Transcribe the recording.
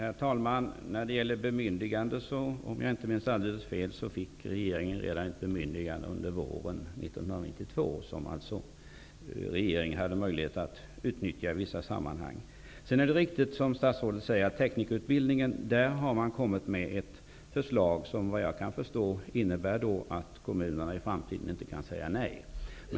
Herr talman! När det gäller bemyndigande fick regeringen, om jag inte minns alldeles fel, ett bemyndigande redan under våren 1992. Regeringen hade alltså möjlighet att utnyttja det i vissa sammanhang. Det är riktigt som statsrådet säger att man i fråga om teknikerutbildningen har kommit med ett förslag som, såvitt jag kan förstå, innebär att kommunerna i framtiden inte kan säga nej.